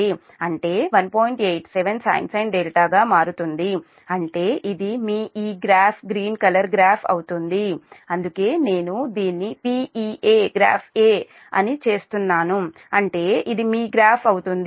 87 sin గా మారుతుంది అంటే ఇది మీ ఈ గ్రాఫ్ గ్రీన్ కలర్ గ్రాఫ్ అవుతుంది అందుకే నేను దీన్ని PeA గ్రాఫ్ A అని చేస్తున్నాను అంటే ఇది మీ గ్రాఫ్ అవుతుంది